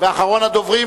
אחרון הדוברים,